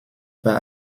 pas